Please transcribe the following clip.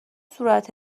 صورت